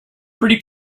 pretty